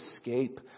escape